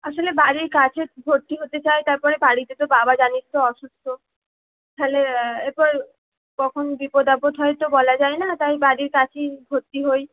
আসলে বাড়ির কাছে ভর্তি হতে চাই তারপরে বাড়িতে তো বাবা জানিস তো অসুস্থ তাহলে এরপর কখন বিপদ আপদ হয় তো বলা যায় না তাই বাড়ির কাছেই ভর্তি হই